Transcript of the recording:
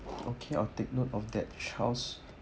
okay I'll take note of that charles